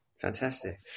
Fantastic